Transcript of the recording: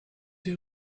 der